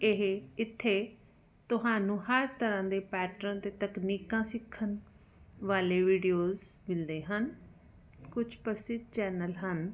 ਇਹ ਇੱਥੇ ਤੁਹਾਨੂੰ ਹਰ ਤਰ੍ਹਾਂ ਦੇ ਪੈਟਰਨ ਅਤੇ ਤਕਨੀਕਾਂ ਸਿੱਖਣ ਵਾਲੇ ਵੀਡੀਓਜ ਮਿਲਦੇ ਹਨ ਕੁਛ ਪ੍ਰਸਿੱਧ ਚੈਨਲ ਹਨ